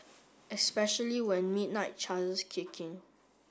especially when midnight charges kick in